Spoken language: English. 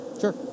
Sure